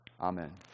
Amen